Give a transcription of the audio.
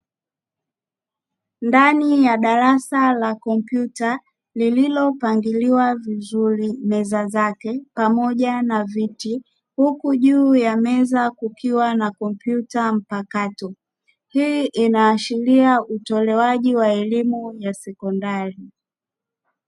Ndani ya darasa la kompyuta lililopangiliwa vizuri meza zake pamoja na viti huku juu ya meza kukiwa na kompyuta mpakato, hii inaashiria utoalewaji wa elimu ya sekondari.